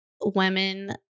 women